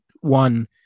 one